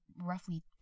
roughly